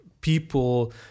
people